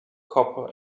copper